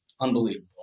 unbelievable